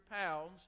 pounds